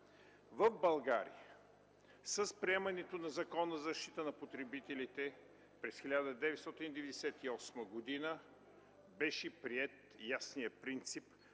В България с приемането на Закона за защита на потребителите през 1998 г. беше приет ясният принцип